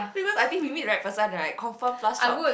previous I think we meet that person right confirm plus chop